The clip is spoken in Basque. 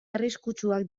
arriskutsuak